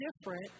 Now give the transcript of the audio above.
different